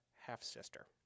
half-sister